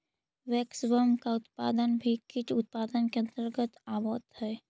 waxworm का उत्पादन भी कीट उत्पादन के अंतर्गत आवत है